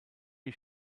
die